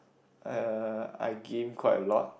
uh I game quite a lot